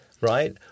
right